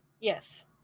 Yes